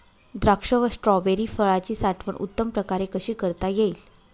द्राक्ष व स्ट्रॉबेरी फळाची साठवण उत्तम प्रकारे कशी करता येईल?